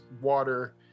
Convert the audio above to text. water